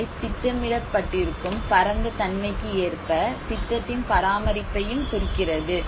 அவை திட்டமிடப்பட்டிருக்கும் பரந்த தன்மைக்கு ஏற்ப திட்டத்தின் பராமரிப்பையும் குறிக்கிறது